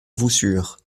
voussures